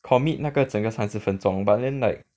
commit 那个整个三十分钟 but then like